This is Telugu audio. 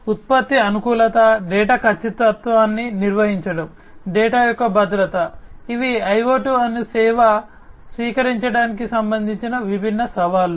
ఉత్పత్తి అనుకూలత డేటా ఖచ్చితత్వాన్ని నిర్వహించడం డేటా యొక్క భద్రత ఇవి ఐయోటి అను సేవ స్వీకరించడానికి సంబంధించి విభిన్న సవాళ్లు